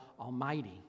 Almighty